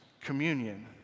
communion